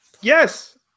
Yes